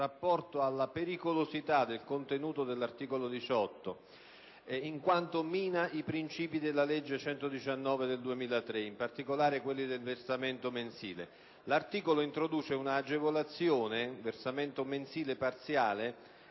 in rapporto alla pericolosità del contenuto dell'articolo 18, in quanto esso mina i princìpi della legge n. 119 del 2003, in particolare quelli del versamento mensile. L'articolo introduce un'agevolazione - il versamento mensile parziale